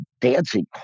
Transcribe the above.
dancing